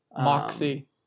Moxie